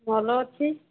ଭଲ ଅଛି